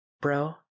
bro